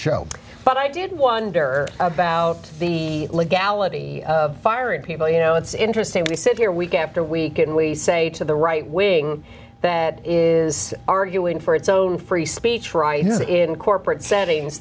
show but i did wonder about the legality of firing people you know it's interesting we sit here week after week and we say to the right wing that is arguing for its own free speech right here in corporate settings